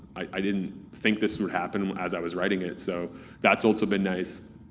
i didn't think this would happen as i was writing it. so that's also been nice.